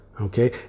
Okay